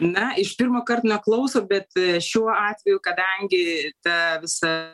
na iš pirmokart neklauso bet šiuo atveju kadangi ta visa